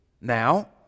Now